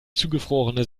zugefrorene